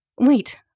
Wait